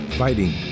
fighting